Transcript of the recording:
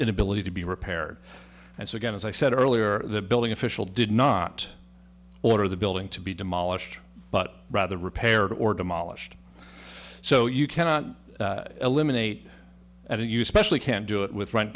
inability to be repaired and so again as i said earlier the building official did not order the building to be demolished but rather repaired or demolished so you cannot eliminate and you specially can do it with rent